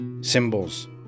symbols